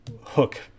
hook